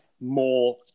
more